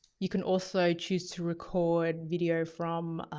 you can also choose to record video from